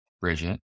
Bridget